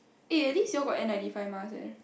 eh at least you got N ninety five mask eh